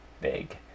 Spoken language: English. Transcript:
big